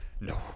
No